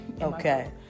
Okay